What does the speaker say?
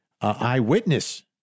eyewitness